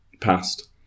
past